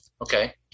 okay